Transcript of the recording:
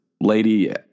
lady